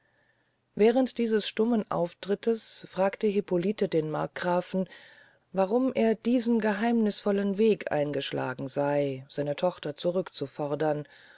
während dieses stummen auftrittes fragte hippolite den markgrafen warum er diesen geheimnißvollen weg eingeschlagen sey seine tochter zurückzufordern